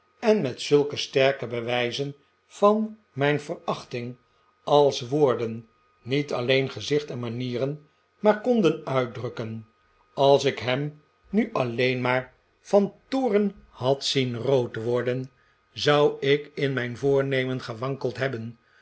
en met zulke sterke bewijzen van mijn verachting aj s woorden niet alleen gezicht en manieren maar konden uitdrukken als ik hem nu alleen maar van toorn had zien rood worden zou ik in mijn voornemen gewankeld hebben